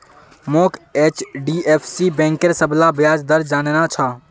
मोक एचडीएफसी बैंकेर सबला ब्याज दर जानना छ